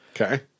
Okay